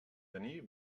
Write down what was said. tenir